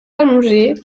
allongé